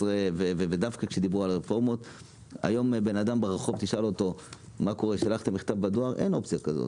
היום אם תשאל בן אדם ברחוב אם הוא שלח מכתב בדואר אין אופציה כזאת.